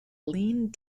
leaned